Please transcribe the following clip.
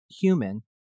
human